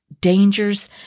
dangers